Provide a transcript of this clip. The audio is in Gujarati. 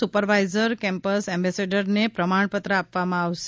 સુપરવાઇઝર કેમ્પસ એમ્બેસેડરને પ્રમાણપત્ર આપવામાં આવશે